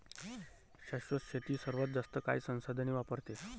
शाश्वत शेती सर्वात जास्त काळ संसाधने वापरते